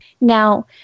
Now